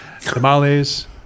Tamales